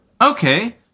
Okay